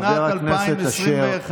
חבר הכנסת אשר.